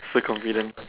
so confident